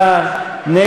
59,